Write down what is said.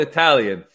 Italian